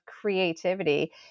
creativity